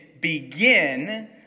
begin